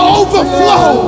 overflow